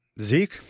Zeke